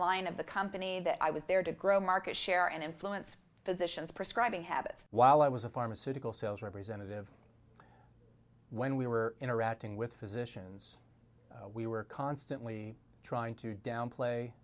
line of the company that i was there to grow market share and influence physicians prescribing habits while i was a pharmaceutical sales representative when we were interacting with physicians we were constantly trying to downplay